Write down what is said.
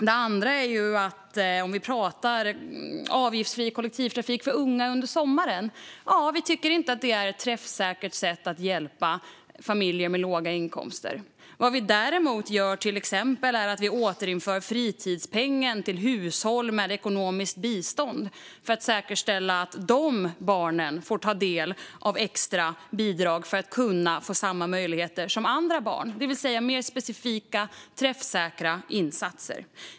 Det andra jag vill ta upp är avgiftsfri kollektivtrafik för unga under sommaren. Vi tycker inte att det är ett träffsäkert sätt att hjälpa familjer med låga inkomster. Vad vi däremot gör är till exempel att vi återinför fritidspengen till hushåll med ekonomiskt bistånd, för att säkerställa att de barnen får ta del av extra bidrag för att kunna få samma möjligheter som andra barn. Det rör sig alltså om mer specifika och träffsäkra insatser.